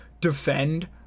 defend